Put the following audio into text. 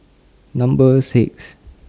Number six